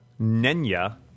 Nenya